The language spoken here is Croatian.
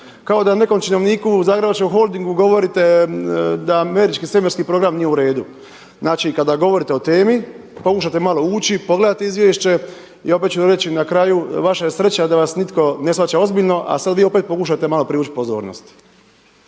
kao da nekom činovniku u Zagrebačkom holdingu govorite da američki svemirski program nije u redu. Znači, kada govorite o temi pokušate malo ući, pogledati izvješće. I opet ću vam reći na kraju, vaša je sreća da vas nitko ne shvaća ozbiljno, a sad vi opet pokušate malo privući pozornost.